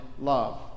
love